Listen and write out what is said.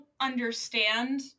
understand